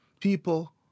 People